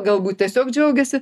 galbūt tiesiog džiaugiasi